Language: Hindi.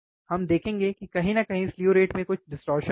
हम देखेंगे कि कहीं न कहीं स्लु रेट में कुछ डिस्टॉर्शन होगा